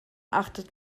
achtet